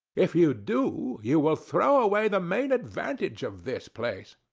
if you do, you will throw away the main advantage of this place.